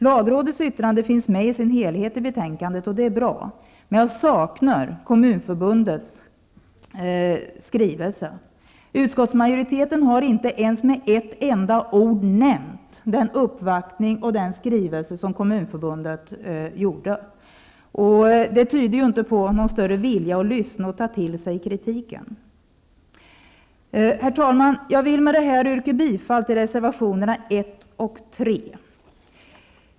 Lagrådets yttrande finns med i sin helhet i betänkandet och det är bra, men jag saknar Kommunförbundets skrivelse. Utskottsmajoriteten har inte med ett enda ord nämnt den uppvaktning och den skrivelse som Kommunförbundet gjorde. Det tyder inte på någon större vilja att lyssna och ta till sig kritiken. Herr talman! Jag vill med detta yrka bifall till reservationerna 1 och 3.